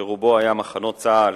שעל רוב שטחה היה מחנות צה"ל,